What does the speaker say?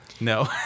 No